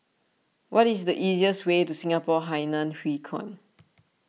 what is the easiest way to Singapore Hainan Hwee Kuan